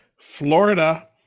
Florida